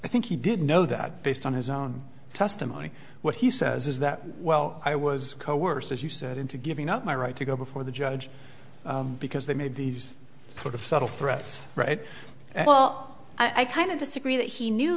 i think he did know that based on his own testimony what he says is that well i was coerced as you said into giving up my right to go before the judge because they made these sort of subtle for us right well i kind of disagree that he knew